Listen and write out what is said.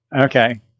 okay